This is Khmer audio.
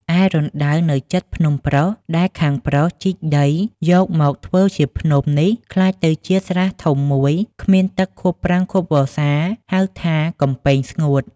ឯរណ្ដៅនៅជិតភ្នំប្រុស ដែលខាងប្រុសជីកដីយកមកធ្វើជាភ្នំនេះ ក្លាយទៅជាស្រះធំ ១ គ្មានទឹកខួបប្រាំងខួបវស្សា ហៅថា កំពែងស្ងួត ។